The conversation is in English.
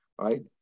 right